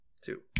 two